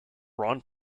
ron